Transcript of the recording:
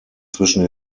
zwischen